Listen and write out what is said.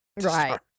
Right